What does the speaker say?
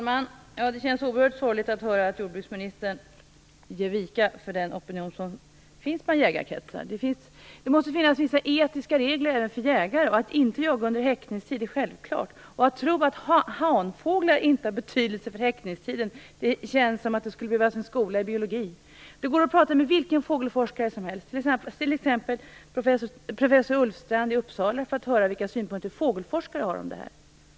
Herr talman! Det känns oerhört sorgligt att höra att jordbruksministern ger vika för den opinion som finns i jägarkretsar. Det måste finnas vissa etiska regler även för jägare. Att inte jaga under häckningstid är självklart. När man hör någon som tror att hanfåglar inte har betydelse för häckningstiden känns det som att det skulle behövas en skola i biologi. Det går att tala med vilken fågelforskare som helst, t.ex. professor Ullstrand i Uppsala, för att höra vilka synpunkter de har på detta.